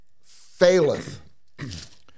faileth